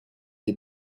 dei